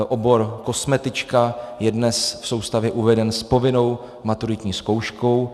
Obor kosmetička je dnes v soustavě uveden s povinnou maturitní zkouškou.